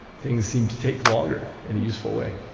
things seem to take longer in a useful way.